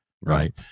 Right